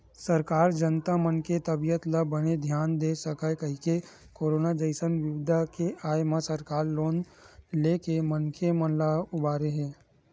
सरकार जनता मन के तबीयत ल बने धियान दे सकय कहिके करोनो जइसन बिपदा के आय म सरकार लोन लेके मनखे मन ल उबारे हे